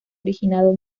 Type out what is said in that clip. originado